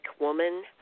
woman